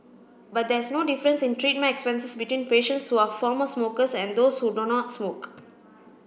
but there is no difference in treatment expenses between patients who are former smokers and those who do not smoke